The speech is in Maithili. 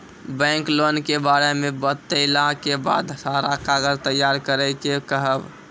बैंक लोन के बारे मे बतेला के बाद सारा कागज तैयार करे के कहब?